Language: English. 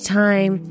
time